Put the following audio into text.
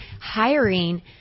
hiring